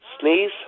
Sneeze